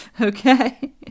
Okay